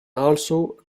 also